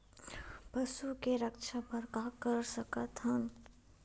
पशु के रक्षा बर का कर सकत हन?